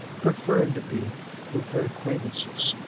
preferring to be with her acquaintances.